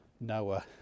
Noah